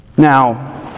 Now